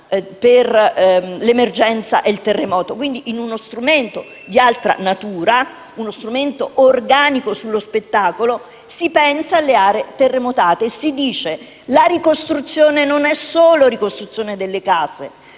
per l'emergenza, e quindi in uno strumento di altra natura, in uno strumento organico sullo spettacolo, si pensa alle aree terremotate e si dice che la ricostruzione non è solo ricostruzione delle case